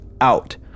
out